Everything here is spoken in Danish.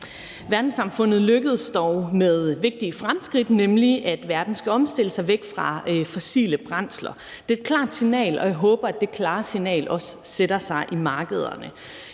Verdenssamfundet lykkedes dog med vigtige fremskridt, nemlig at verden skal omstille sig væk fra fossile brændsler. Det er et klart signal, og jeg håber, at det klare signal også sætter sig i markederne.